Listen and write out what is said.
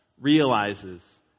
realizes